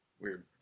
Weird